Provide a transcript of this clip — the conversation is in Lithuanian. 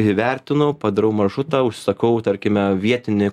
įvertinu padarau maršrutą užsakau tarkime vietinį